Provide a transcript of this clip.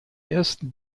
ersten